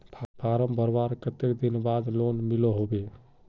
Form भरवार कते दिन बाद लोन मिलोहो होबे?